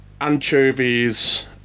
Anchovies